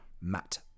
Matt